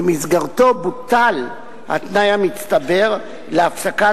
שבמסגרתו בוטל התנאי המצטבר להפסקת